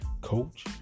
coach